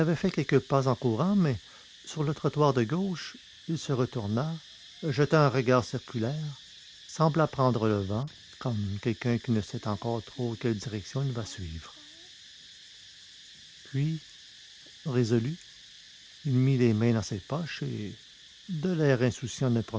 fait quelques pas en courant mais sur le trottoir de gauche il se retourna jeta un regard circulaire sembla prendre le vent comme quelqu'un qui ne sait encore trop quelle direction il va suivre puis résolu il mit les mains dans ses poches et de l'air insouciant